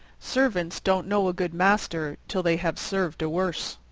servants don't know a good master till they have served a worse.